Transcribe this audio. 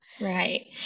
Right